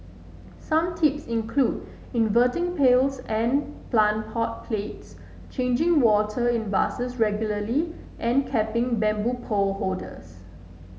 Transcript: some tips include inverting pails and plant pot plates changing water in vases regularly and capping bamboo pole holders